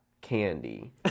candy